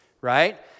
right